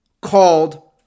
called